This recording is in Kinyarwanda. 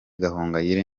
gahongayire